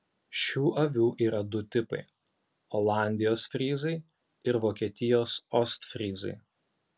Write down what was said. šių avių yra du tipai olandijos fryzai ir vokietijos ostfryzai